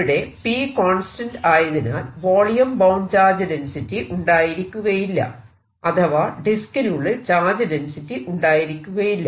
ഇവിടെ P constant ആയതിനാൽ volume bound charge density ഉണ്ടായിരിക്കുകയില്ല അഥവാ ഡിസ്കിനുള്ളിൽ ചാർജ് ഡെൻസിറ്റി ഉണ്ടായിരിക്കുകയില്ല